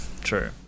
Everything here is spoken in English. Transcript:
true